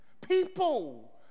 people